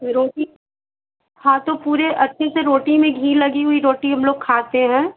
रोटी हाँ तो पूरे अच्छे से रोटी में घी लगी हुई रोटी हम लोग खाते हैं